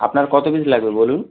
আপনার কত পিস লাগবে বলুন